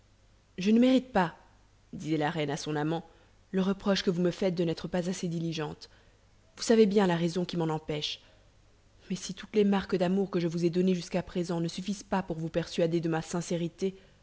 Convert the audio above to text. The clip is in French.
je ne mérite pas disait la reine à son amant le reproche que vous me faites de n'être pas assez diligente vous savez bien la raison qui m'en empêche mais si toutes les marques d'amour que je vous ai données jusqu'à présent ne suffisent pas pour vous persuader de ma sincérité